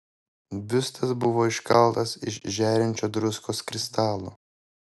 biustas buvo iškaltas iš žėrinčio druskos kristalo